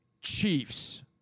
chiefs